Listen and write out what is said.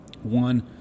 One